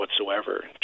whatsoever